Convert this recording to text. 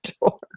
door